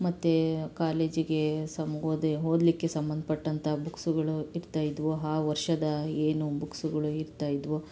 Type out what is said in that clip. ಮತ್ತು ಕಾಲೇಜಿಗೆ ಸಮ್ ಓದು ಓದಲಿಕ್ಕೆ ಸಂಬಂದ್ಪಟ್ಟಂತ ಬುಕ್ಸುಗಳು ಇರ್ತಾ ಇದ್ದವು ಆ ವರ್ಷದ ಏನು ಬುಕ್ಸುಗಳು ಇರ್ತಾ ಇದ್ದವು